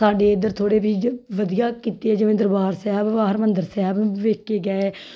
ਸਾਡੇ ਇੱਧਰ ਥੋੜ੍ਹੇ ਵੀ ਜ ਵਧੀਆ ਕੀਤੇ ਹੈ ਜਿਵੇਂ ਦਰਬਾਰ ਸਾਹਿਬ ਵਾ ਹਰਿਮੰਦਰ ਸਾਹਿਬ ਵੇਖ ਕੇ ਗਏ